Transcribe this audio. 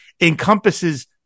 encompasses